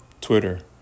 Twitter